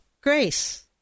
grace